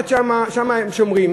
שם הם שומרים,